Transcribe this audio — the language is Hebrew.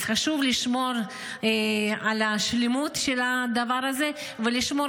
אז חשוב לשמור על השלמות של הדבר הזה ולשמור